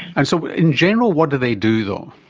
and so in general what do they do though?